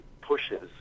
pushes